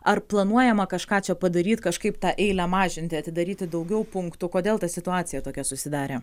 ar planuojama kažką čia padaryt kažkaip tą eilę mažinti atidaryti daugiau punktų kodėl ta situacija tokia susidarė